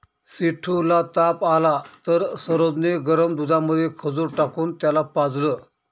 सेठू ला ताप आला तर सरोज ने गरम दुधामध्ये खजूर टाकून त्याला पाजलं